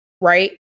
Right